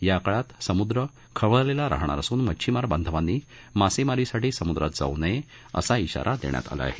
या काळात समुद्र खवळलेला राहणार असून मच्छिमार बांधवांनी मासेमारीसाठी समुद्रात जाऊ नये असा श्विारा देण्यात आला आहे